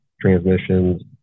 transmissions